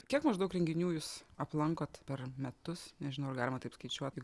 kiek maždaug renginių jūs aplankot per metus nežinau ar galima taip skaičiuoti